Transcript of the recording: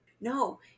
No